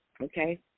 okay